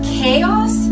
chaos